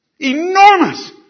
enormous